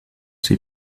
sie